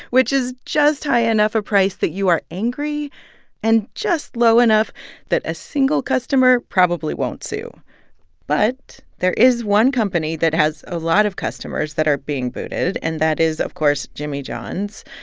which is just high enough a price that you are angry and just low enough that a single customer probably won't sue but there is one company that has a lot of customers that are being booted, and that is, of course, jimmy john's.